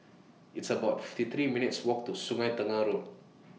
It's about fifty three minutes Walk to Sungei Tengah Road